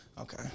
Okay